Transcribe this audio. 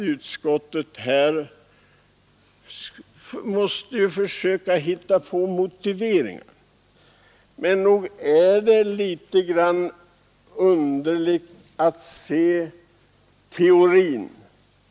Utskottet har bemödat sig om att hitta motiveringar för sina förslag. Det är dock skillnad mellan teorin och praktiken i detta sammanhang.